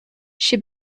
she